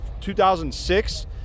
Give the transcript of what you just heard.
2006